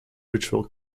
ritual